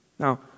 Now